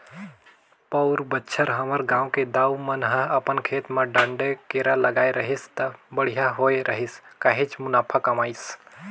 पउर बच्छर हमर गांव के दाऊ मन ह अपन खेत म डांड़े केरा लगाय रहिस त बड़िहा होय रहिस काहेच मुनाफा कमाइस